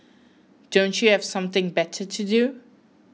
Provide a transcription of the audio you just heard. don't you have something better to do